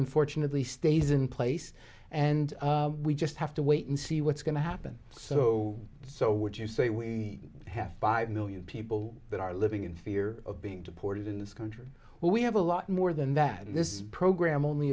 unfortunately stays in place and we just have to wait and see what's going to happen so so would you say we have five million people that are living in fear of being deported in this country where we have a lot more than that in this program only